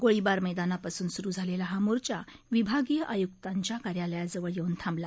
गोळीबार मैदानापासून सुरु झालेला हा मोर्चा विभागीय आय्क्तांच्या कार्यालयाजवळ येऊन थांबला